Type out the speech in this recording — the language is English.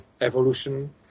evolution